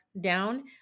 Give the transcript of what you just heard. down